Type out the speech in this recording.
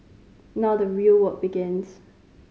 now the real work begins